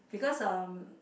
because um